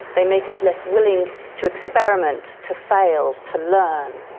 they make us less willing to experiment, to fail, to learn,